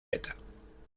beta